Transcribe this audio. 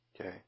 okay